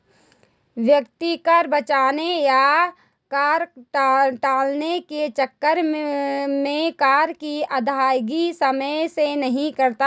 व्यक्ति कर बचाने या कर टालने के चक्कर में कर की अदायगी समय से नहीं करता है